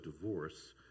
divorce